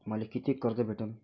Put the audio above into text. मले कितीक कर्ज भेटन?